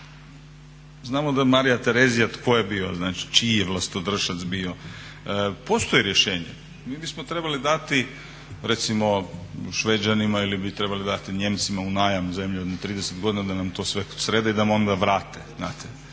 Znamo tko je bila Marija Terezija, čiji je vlastodržac bio. Postoji rješenje, mi bismo trebali dati recimo Šveđanima ili bi trebali dati Nijemcima u najam zemlju jedno 30 godina da nam to sve srede i da nam onda vrate